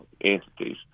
entities